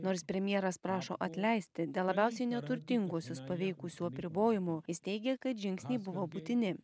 nors premjeras prašo atleisti dėl labiausiai neturtinguosius paveikusių apribojimų jis teigia kad žingsniai buvo būtini